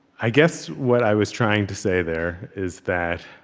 i guess what i was trying to say there is that